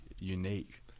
Unique